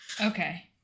Okay